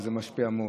וזה משפיע מאוד,